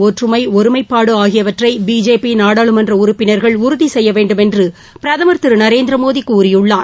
ஒற்றுமை ஒருமைப்பாடு ஆகியவற்றை பிஜேபி நாடாளுமன்ற உறுப்பினர்கள் உறுதி செய்ய வேண்டுமென்று பிரதம் திரு நரேந்திரமோடி கூறியுள்ளார்